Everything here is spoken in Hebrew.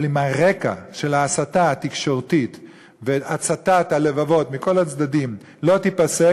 אבל אם הרקע של ההסתה התקשורתית והצתת הלבבות מכל הצדדים לא ייפסק,